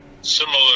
similar